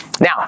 Now